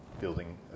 building